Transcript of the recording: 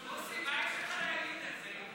מוסי, מה יש לך להגיד על זה?